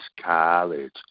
college